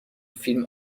فیلم